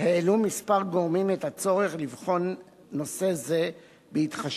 העלו כמה גורמים את הצורך לבחון את הנושא בהתחשב